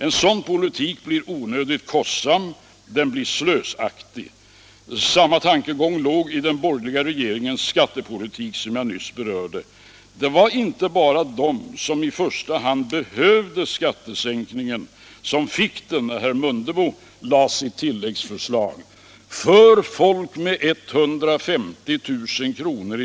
En sådan politik blir onödigt kostsam, den blir slösaktig. Samma tankegång låg i den borgerliga regeringens skattepolitik, som jag nyss berörde. Det var inte bara de som i första hand behövde en skattesänkning som fick en sådan när herr Mundebo lade sitt tilläggsförslag. För folk med 150 000 kr.